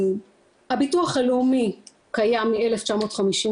הביטוח הלאומי קיים מ-1954,